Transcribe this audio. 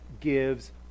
gives